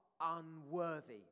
unworthy